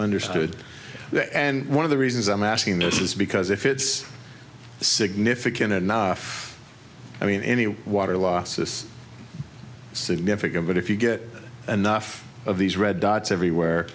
understood and one of the reasons i'm asking this is because if it's significant enough i mean any water loss is significant but if you get enough of these red dots everywhere